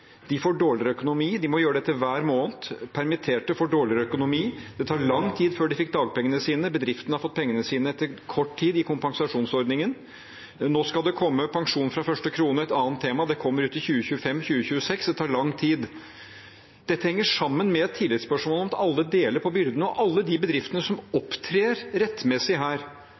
får dårligere økonomi, de må gjøre dette hver måned. Permitterte får dårligere økonomi, det tok lang tid før de fikk dagpengene sine – bedriftene har fått pengene sine etter kort tid, i kompensasjonsordningen. Nå skal det komme pensjon fra første krone – et annet tema – det kommer uti 2025–2026, så det tar lang tid. Dette henger sammen med et tillitsspørsmål, om at alle deler på byrdene. Alle de bedriftene som opptrer rettmessig her,